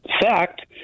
fact